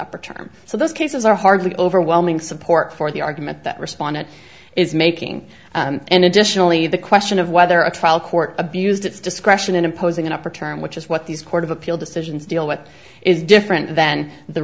upper term so those cases are hardly overwhelming support for the argument that respondent is making and additionally the question of whether a trial court abused its discretion in imposing an upper term which is what these court of appeal decisions deal what is different then the